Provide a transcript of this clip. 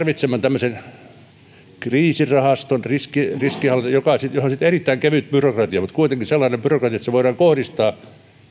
kolmeensataan miljoonaan valitettavasti me tarvitsemme kriisirahaston riskienhallintaan johon sitten erittäin kevyt byrokratia mutta kuitenkin sellainen byrokratia että se voidaan kohdistaa